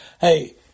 hey